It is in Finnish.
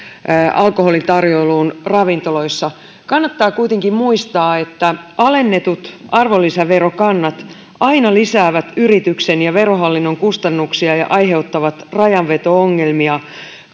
alkoholin tarjoiluun ravintoloissa kannattaa kuitenkin muistaa että alennetut arvonlisäverokannat aina lisäävät yrityksen ja verohallinnon kustannuksia ja aiheuttavat rajanveto ongelmia